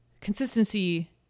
consistency